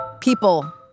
People